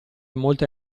molte